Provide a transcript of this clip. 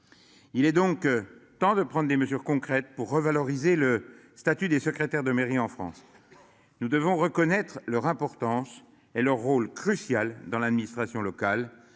Il est donc temps de prendre des mesures concrètes pour revaloriser le statut des secrétaires de mairie en France. Nous devons reconnaître leur importance et leur rôle crucial dans l'administration locale